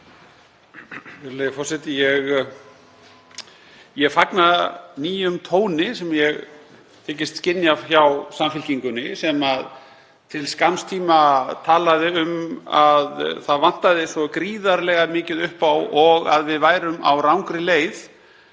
Virðulegi forseti. Ég fagna nýjum tóni sem ég þykist skynja hjá Samfylkingunni sem til skamms tíma talaði um að það vantaði svo gríðarlega mikið upp á og að við værum á rangri leið.